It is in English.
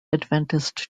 adventist